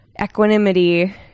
equanimity